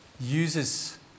Uses